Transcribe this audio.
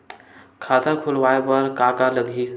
खाता खुलवाय बर का का लगही?